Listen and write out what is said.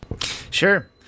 sure